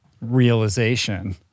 realization